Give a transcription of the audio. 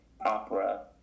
opera